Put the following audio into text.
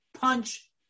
punch